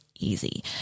easy